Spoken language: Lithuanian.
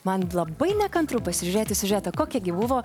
man labai nekantru pasižiūrėti siužetą kokia gi buvo